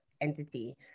entity